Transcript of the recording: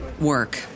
work